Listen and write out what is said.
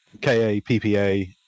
K-A-P-P-A